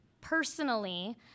personally